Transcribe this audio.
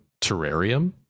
terrarium